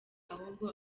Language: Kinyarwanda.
ahubwo